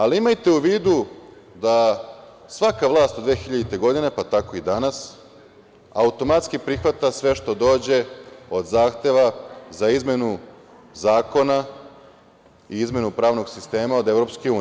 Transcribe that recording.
Ali, imajte u vidu da svaka vlast od 2000. godine, pa tako i danas, automatski prihvata sve što dođe od zahteva za izmenu zakona i izmenu pravnog sistema od EU.